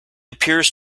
appears